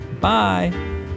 Bye